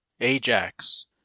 Ajax